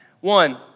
One